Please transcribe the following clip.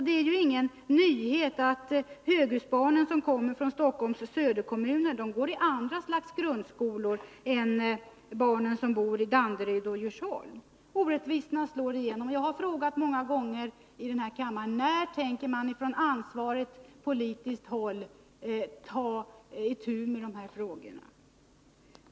Det är ingen nyhet att höghusbarnen i Stockholms söderkommuner går i andra slags grundskolor än de barn som bor i Danderyd och Djursholm. Det är en orättvisa, och jag har frågat många gånger här i kammaren: När tänker man från ansvarigt politiskt håll ta itu med dessa frågor?